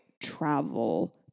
travel